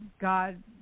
God